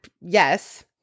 yes